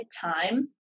time